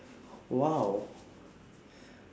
!wow!